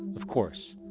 of course.